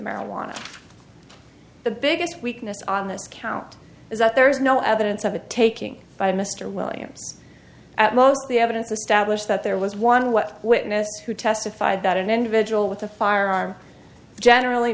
marijuana the biggest weakness on this count is that there is no evidence of a taking by mr williams at most the evidence of stablish that there was one what witnesses who testified that an individual with a firearm generally